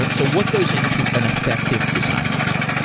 um so what goes into an effective design review?